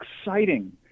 exciting